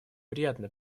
приятно